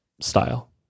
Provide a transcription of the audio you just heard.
Style